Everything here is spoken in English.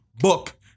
book